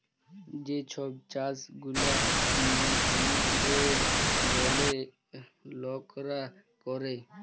যে ছব চাষ গুলা সমুদ্রের জলে লকরা ক্যরে